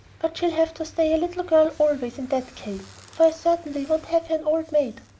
but she'll have to stay a little girl always in that case, for i certainly won't have her an old maid.